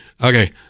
Okay